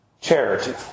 Charity